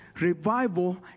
Revival